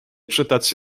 czytać